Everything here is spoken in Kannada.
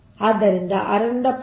ಆದ್ದರಿಂದ 6 ರಿಂದ 0